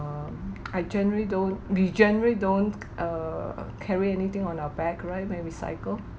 um I generally don't we generally don't err carry anything on our back right when we cycle